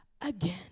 again